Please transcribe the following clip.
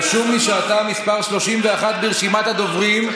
רשום לי שאתה מס' 31 ברשימת הדוברים,